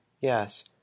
yes